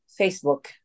Facebook